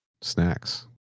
Snacks